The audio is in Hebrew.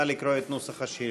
נא לקרוא את נוסח השאילתה.